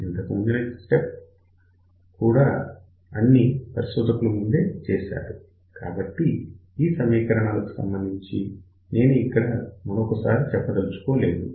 ఇంతకు ముందు చెప్పిన స్టెప్స్ అన్ని కూడా పరిశోధకులు ముందే చేశారు కాబట్టి ఈ సమీకరణాలకు సంబంధించి నేను ఇక్కడ మరొక సారి చెప్పదలుచుకోలేదు